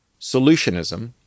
Solutionism